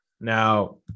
Now